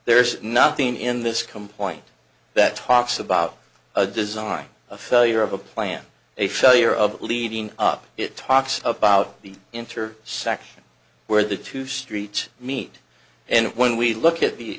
there's nothing in this complaint that talks about a design a failure of a plan a failure of it leading up it talks about the interview section where the two streets meet and when we look at the